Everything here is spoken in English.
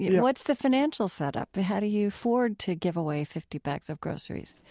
yeah what's the financial set up? but how do you afford to give away fifty bags of groceries?